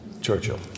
Churchill